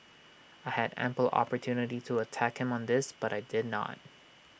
I had ample opportunity to attack him on this but I did not